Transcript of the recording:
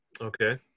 okay